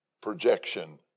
projection